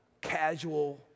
casual